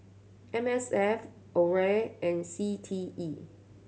M S F AWARE and C T E